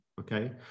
Okay